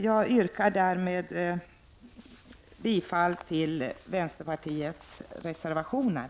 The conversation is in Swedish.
Jag yrkar därmed bifall till vänsterpartiets reservationer.